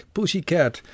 Pussycat